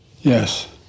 Yes